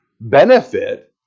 benefit